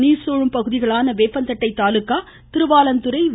நீர் சூழும் பகுதிகளான வேப்பந்தட்டை தாலுக்கா திருவாளந்துறை வி